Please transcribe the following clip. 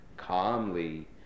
Calmly